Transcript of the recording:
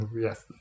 Yes